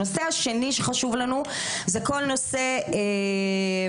הנושא השני שחשוב לנו הוא כל נושא רשימת